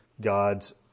God's